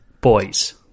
boys